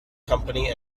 company